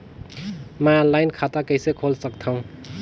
मैं ऑनलाइन खाता कइसे खोल सकथव?